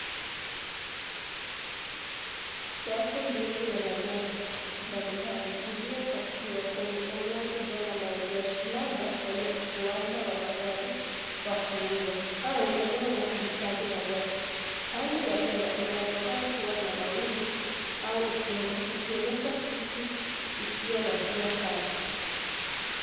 Safu ndefu ya magari mbalimbali, iliyopakiwa kwenye eneo kubwa la maegesho- labda kwenye uwanja wa magari wa kuuza au eneo la kuhifadhi magari. Hali ya hewa, inaonekana kuwa na mawingu au ukunga, isiyo na jua kali.